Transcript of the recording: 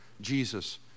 Jesus